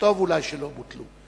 ואולי טוב שלא בוטלו.